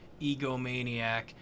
egomaniac